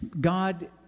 God